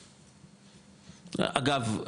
אגב,